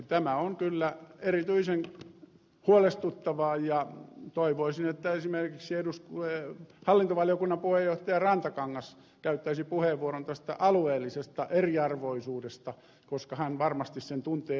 tämä on kyllä erityisen huolestuttavaa ja toivoisin että esimerkiksi hallintovaliokunnan puheenjohtaja rantakangas käyttäisi puheenvuoron tästä alueellisesta eriarvoisuudesta koska hän varmasti sen tuntee erittäin hyvin